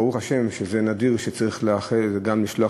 ברוך השם שזה נדיר שצריך גם לשלוח